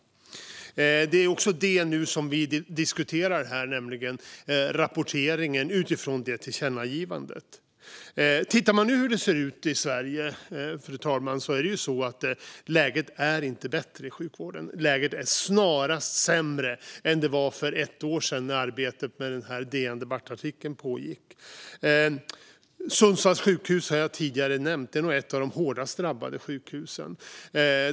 Det som vi nu diskuterar är rapporteringen utifrån det tillkännagivandet. Fru talman! Läget i sjukvården i Sverige är inte bättre än för ett år sedan, när arbetet med den här DN Debatt-artikeln pågick, utan snarast sämre. Sundsvalls sjukhus har jag nämnt tidigare. Det är nog ett av de hårdast drabbade sjukhusen.